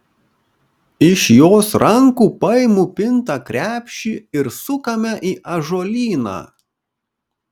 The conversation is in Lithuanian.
iš jos rankų paimu pintą krepšį ir sukame į ąžuolyną